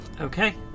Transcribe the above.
Okay